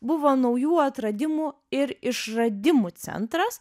buvo naujų atradimų ir išradimų centras